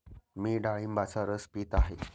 मी डाळिंबाचा रस पीत आहे